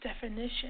definition